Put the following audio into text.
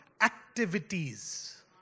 activities